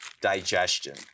digestion